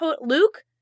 Luke